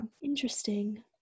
interesting